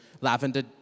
lavender